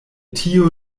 tio